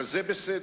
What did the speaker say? אבל זה בסדר.